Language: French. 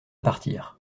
partir